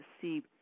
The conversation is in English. see